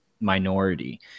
minority